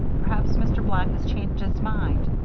perhaps mr. black has changed his mind.